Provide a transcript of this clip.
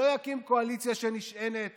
שלא יקים קואליציה שנשענת